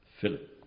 Philip